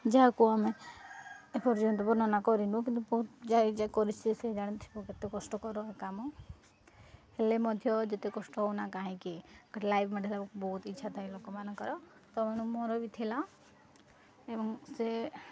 ଯାହାକୁ ଆମେ ଏ ପର୍ଯ୍ୟନ୍ତ ବର୍ଣ୍ଣନା କରିନୁ କିନ୍ତୁ ବହୁତ ଯାଏ ଯିଏ କରିସି ସେ ଜାଣିଥିବ କେତେ କଷ୍ଟକର ଏ କାମ ହେଲେ ମଧ୍ୟ ଯେତେ କଷ୍ଟ ହେଉନା କାହିଁକି ଗୋଟେ ଲାଇଭ୍ ମଡେଲ୍ ହେବାକୁ ବହୁତ ଇଚ୍ଛା ଥାଏ ଲୋକମାନଙ୍କର ତ ମୋର ବି ଥିଲା ଏବଂ ସେ